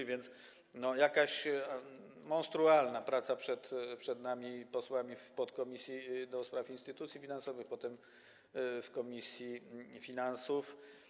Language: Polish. A więc jest jakaś monstrualna praca przed nami posłami w podkomisji do spraw instytucji finansowych, a potem w komisji finansów.